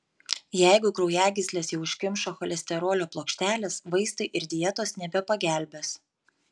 jeigu kraujagysles jau užkimšo cholesterolio plokštelės vaistai ir dietos nebepagelbės